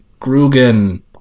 Grugan